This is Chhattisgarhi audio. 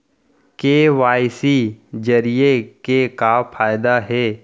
के.वाई.सी जरिए के का फायदा हे?